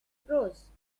prose